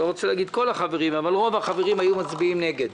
אני לא רוצה להגיד כל החברים אבל רוב החברים היו מצביעים נגד.